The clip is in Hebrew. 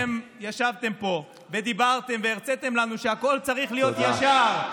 אתם ישבתם פה ודיברתם והרציתם לנו שהכול צריך להיות ישר,